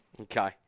Okay